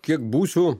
kiek būsiu